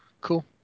cool